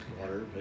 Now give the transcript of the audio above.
water